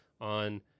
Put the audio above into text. on